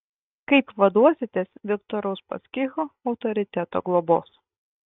kaip vaduositės viktoro uspaskicho autoriteto globos